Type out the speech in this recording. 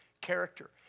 character